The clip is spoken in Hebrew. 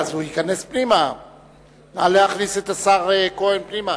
נא להכניס את השר כהן פנימה.